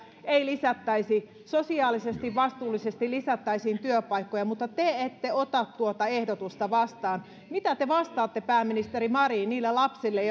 ei lisättäisi sosiaalisesti vastuullisesti lisättäisiin työpaikkoja mutta te ette ota tuota ehdotusta vastaan mitä te vastaatte pääministeri marin niille lapsille